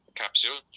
capsule